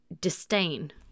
disdain